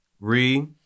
Re